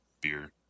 beer